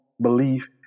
belief